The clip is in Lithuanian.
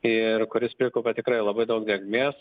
ir kuris prikaupė tikrai labai daug drėgmės